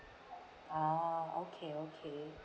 oh okay okay